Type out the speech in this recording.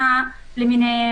אבל בשבילי,